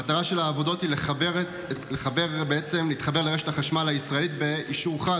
המטרה של העבודות היא להתחבר לרשת החשמל הישראלית באישורך,